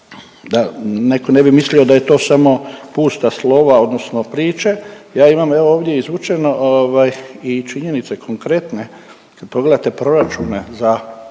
netko ne bi mislio da je to samo pusta slova odnosno priče, ja imam evo ovdje izvučene ovaj i činjenice konkretne. Kad pogledate proračune za